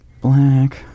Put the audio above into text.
Black